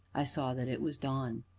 i saw that it was dawn.